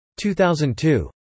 2002